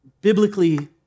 biblically